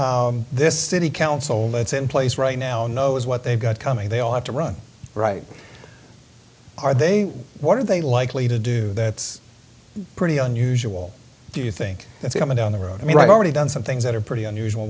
then this city council that's in place right now knows what they've got coming they all have to run right are they what are they likely to do that's pretty unusual do you think that's coming down the road i mean i've already done some things that are pretty unusual